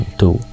two